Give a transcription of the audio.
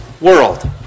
world